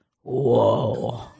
whoa